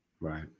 Right